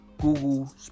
Google